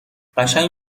قشنگ